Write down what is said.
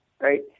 right